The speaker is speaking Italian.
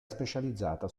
specializzata